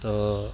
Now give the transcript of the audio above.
ᱛᱚ